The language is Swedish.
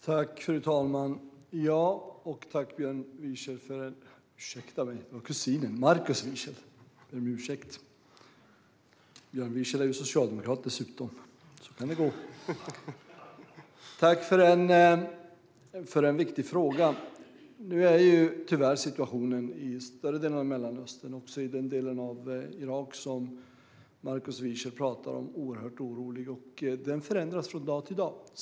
Fru talman! Tack, Markus Wiechel, för en viktig fråga! Nu är situationen i större delen av Mellanöstern, också i den delen av Irak som Markus Wiechel tar upp, tyvärr oerhört orolig. Den förändras från dag till dag.